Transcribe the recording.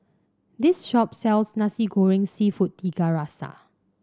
this shop sells Nasi Goreng seafood Tiga Rasa